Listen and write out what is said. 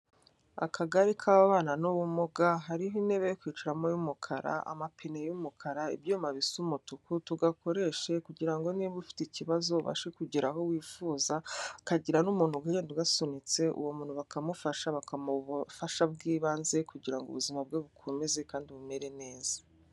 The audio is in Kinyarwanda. Akagare k'ababana n'ubumuga, hariho intebe yo kwicaramo y'umukara, amapine y'umukara, ibyuma bisa umutuku, tugakoreshe kugira ngo niba ufite ikibazo ubashe kugera aho wifuza, kagira n'umuntu ugenda ugasunitse, uwo muntu bakamufasha bakamuha ubufasha bw'ibanze kugira ngo ubuzima bwe bukomeze kandi bumere neza.